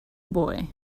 boy